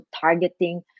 targeting